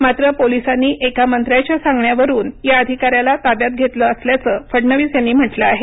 मात्र पोलिसांनी एका मंत्र्याच्या सांगण्यावरून या अधिका याला ताब्यात घेतलं असल्याचं फडणवीस यांनी म्हटलं आहे